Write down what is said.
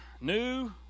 new